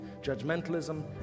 judgmentalism